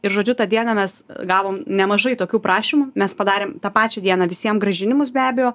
ir žodžiu tą dieną mes gavom nemažai tokių prašymų mes padarėm tapačią dieną visiem grąžinimus be abejo